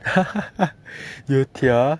you tear